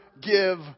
give